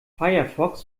firefox